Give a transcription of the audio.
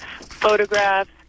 photographs